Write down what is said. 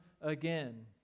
again